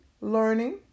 learning